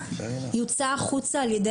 יוצא החוצה בידי